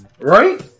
Right